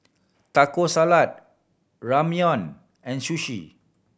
Taco Salad Ramyeon and Sushi